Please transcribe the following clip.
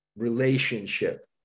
relationship